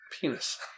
penis-